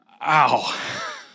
ow